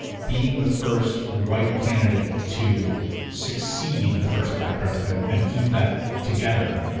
being the first white candidate to succeed the first black president and keep that together,